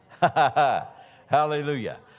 Hallelujah